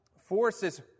forces